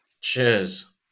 Cheers